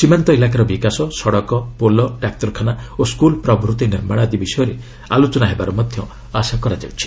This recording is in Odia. ସୀମାନ୍ତ ଇଲାକାର ବିକାଶ ସଡ଼କ ପୋଲ ଡାକ୍ତରଖାନା ଓ ସ୍କୁଲ୍ ନିର୍ମାଣ ଆଦି ବିଷୟରେ ଆଲୋଚନା ହେବାର ମଧ୍ୟ ଆଶା କରାଯାଉଛି